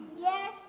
Yes